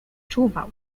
czuwał